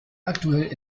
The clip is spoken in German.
aktuell